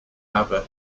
havoc